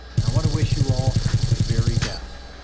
and i wanna wish you all the very best,